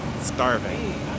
Starving